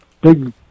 big